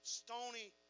stony